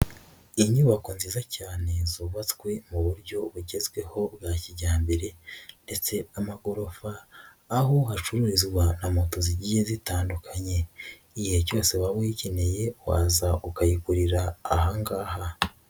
Inyubako nziza cyane zubatswe mu buryo bugezweho bwa kijyambere ndetse n' amagorofa aho hacururizwa na moto zigiye zitandukanye, igihe cyose waba uyikeneye waza ukayigurira aha ngaha.